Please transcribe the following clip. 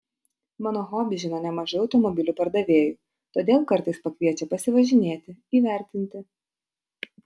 mano hobį žino nemažai automobilių pardavėjų todėl kartais pakviečia pasivažinėti įvertinti